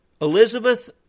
Elizabeth